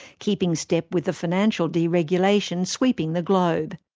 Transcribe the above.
keeping step with the financial deregulation sweeping the globe.